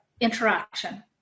interaction